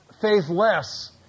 faithless